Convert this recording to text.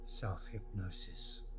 Self-hypnosis